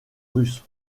russes